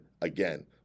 again